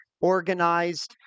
organized